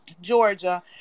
Georgia